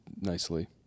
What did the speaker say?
nicely